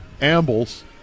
Ambles